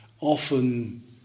often